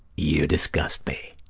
you disgust me.